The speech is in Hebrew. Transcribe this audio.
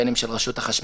בין אם של רשות החשמל,